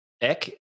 Eck